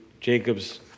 Jacob's